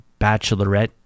Bachelorette